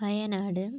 Wayanad